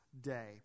day